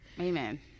Amen